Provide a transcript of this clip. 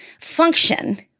function